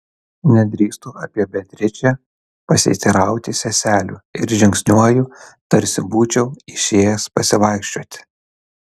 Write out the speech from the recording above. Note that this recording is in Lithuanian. nedrįstu apie beatričę pasiteirauti seselių ir žingsniuoju tarsi būčiau išėjęs pasivaikščioti